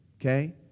okay